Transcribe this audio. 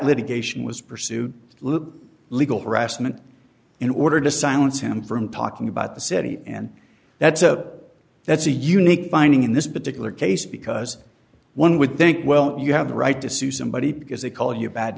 litigation was pursued loop legal harassment in order to silence him from talking about the city and that's a that's a unique finding in this particular case because one would think well you have the right to sue somebody because they call you a bad